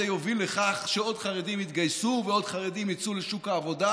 יוביל לכך שעוד חרדים יתגייסו ועוד חרדים יצאו לשוק העבודה,